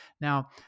Now